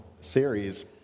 series